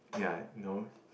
ya know